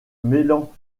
mêlant